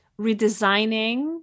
redesigning